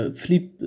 flip